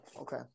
okay